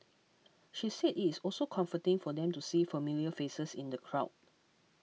she said it is also comforting for them to see familiar faces in the crowd